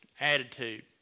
attitude